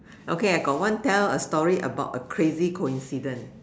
okay I got one tell a story about a crazy coincidence